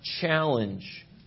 challenge